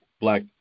black